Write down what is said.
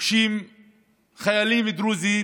שפוגשים חיילים דרוזים,